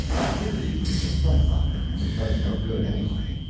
it wearies me to fret about it, and it does no good, anyway.